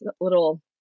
little